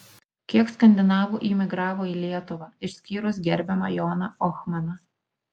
kiek skandinavų imigravo į lietuvą išskyrus gerbiamą joną ohmaną